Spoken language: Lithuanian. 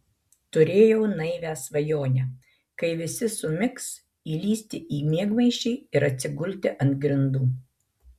turėjau naivią svajonę kai visi sumigs įlįsti į miegmaišį ir atsigulti ant grindų